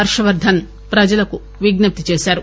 హర్షవర్థన్ ప్రజలకు విజ్ఞప్తి చేశారు